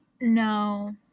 No